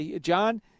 John